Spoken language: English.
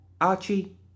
Archie